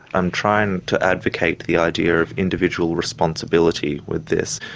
i'm trying to advocate the idea of individual responsibility with this.